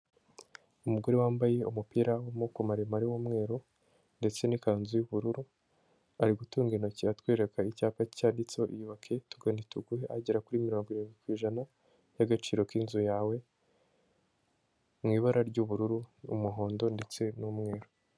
Umugore wambaye umupira w'amuboko maremare y'umweru ndetse n'ikanzu y'ubururu, ari gutunga intoki atwereka icyapa cyaditseho iyubake, tugana tuguhe agera kuri mirongo irindwi ku ijana y'agaciro k'inzu, yawe mu ibara ry'ubururu, umuhondo ndetse n'umweru.